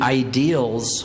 ideals